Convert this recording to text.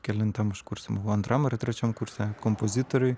kelintam aš kurse buvau antram trečiam kurse kompozitoriui